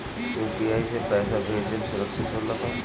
UPI से पैसा भेजल सुरक्षित होला का?